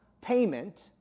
payment